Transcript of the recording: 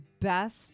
best